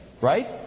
Right